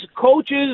coaches